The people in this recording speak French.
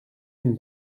une